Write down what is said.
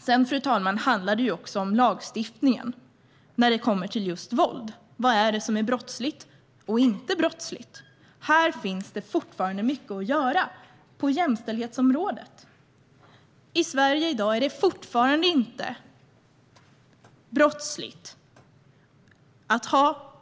Sedan, fru talman, handlar det också om lagstiftningen, när det kommer till just våld. Vad är det som är brottsligt och inte brottsligt? Här finns det fortfarande mycket att göra på jämställdhetsområdet. I Sverige i dag är det fortfarande inte brottsligt att ha